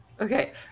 okay